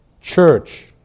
church